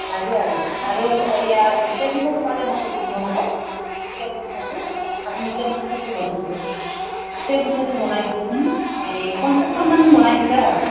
লাগে আৰু আৰু এইয়া তেল পিঠাটো পাৰে ন বনাব তেল পিঠাটো আপুনি তেল পিঠাটো বনাই দিব তেল পিঠাটো বনাই দিবচোন এই পঞ্চাছখনমান বনাই দিলে হ'ল